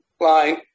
line